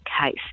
case